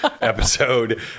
episode